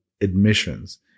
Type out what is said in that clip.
admissions